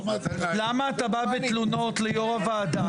בא בתלונות ליו"ר הוועדה.